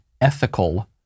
ethical